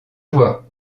vois